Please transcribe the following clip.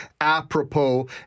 apropos